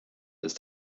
ist